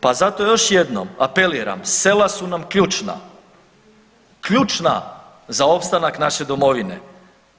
Pa zato još jednom apeliram, sela su nam ključna, ključna za opstanak naše domovine,